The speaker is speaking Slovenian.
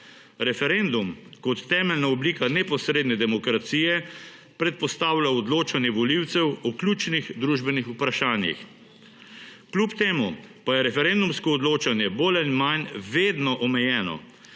Referendum kot temeljna oblika neposredne demokracije predpostavlja odločanje volivcev o ključnih družbenih vprašanjih. Kljub temu pa je referendumsko odločanje bolj ali manj vedno omejeno.